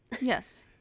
Yes